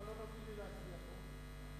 למה לא נותנים לי להצביע פה?